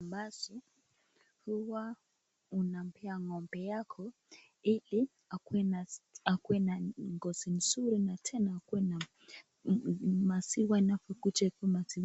Basi huwa unampea ng'ombe yako Ili akuwe na ngozi mzuri na tena akuwe na maziwa inapo kuje ikue maziwa.